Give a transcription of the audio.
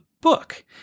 book